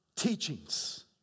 teachings